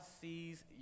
sees